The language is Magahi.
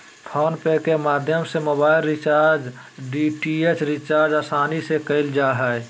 फ़ोन पे के माध्यम से मोबाइल रिचार्ज, डी.टी.एच रिचार्ज आसानी से करल जा हय